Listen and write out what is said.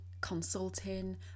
Consulting